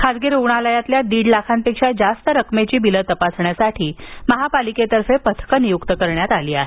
खासगी रुग्णालयातील दीड लाखांपेक्षा जास्त रकमेची बिलं तपासण्यासाठी महापालिकेतर्फे पथकं नियुक्त करण्यात आली आहेत